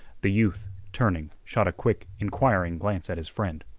the youth, turning, shot a quick, inquiring glance at his friend.